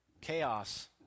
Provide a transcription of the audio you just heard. chaos